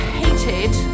hated